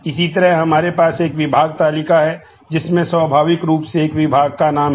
इसी तरह हमारे पास एक विभाग तालिका है जिसमें स्वाभाविक रूप से एक विभाग का नाम है